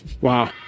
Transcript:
Wow